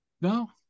no